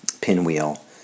pinwheel